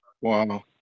Wow